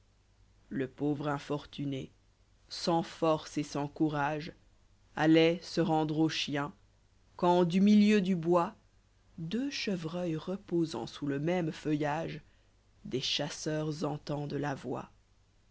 le pauvre infortuné sans force et sans courage alloit se rendre aux chiens quand du milieu du bbis deux chevreuils reposant sous le même feuillage des chasseurs entendent la yoix